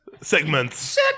Segments